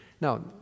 Now